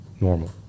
normal